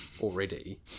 already